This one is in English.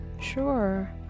sure